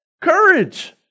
Courage